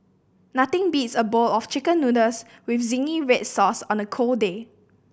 nothing beats a bowl of Chicken Noodles with zingy red sauce on a cold day